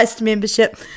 membership